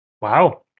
Wow